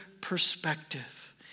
perspective